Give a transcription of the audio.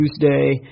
Tuesday